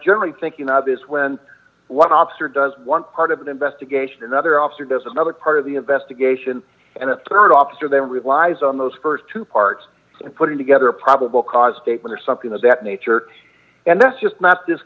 generally thinking of is when one ops are does one part of an investigation another officer does another part of the investigation and the rd officer then relies on those st two parts and putting together a probable cause statement or something of that nature and that's just not this